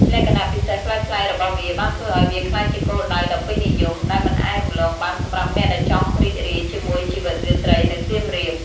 លក្ខណៈពិសេសប្លែកៗរបស់វាបានធ្វើឲ្យវាក្លាយជាគោលដៅដ៏ពេញនិយម ដែលមិនអាចរំលងបានសម្រាប់អ្នកដែលចង់រីករាយជាមួយជីវិតរាត្រីនៅសៀមរាប។